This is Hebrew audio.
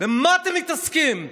במה אתם מתעסקים?